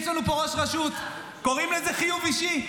יש לנו פה ראש רשות, קוראים לזה חיוב אישי.